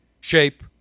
shape